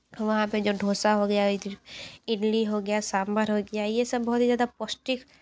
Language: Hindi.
वहाँ पे जो ढोसा हो गया इधर इडली हो गया सांभर हो गया ये सब ज़्यादा ही ज़्यादा पौष्टिक